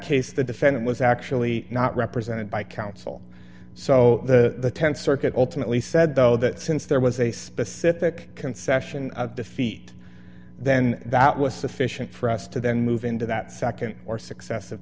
case the defendant was actually not represented by counsel so the th circuit ultimately said though that since there was a specific concession of defeat then that was sufficient for us to then move into that nd or successive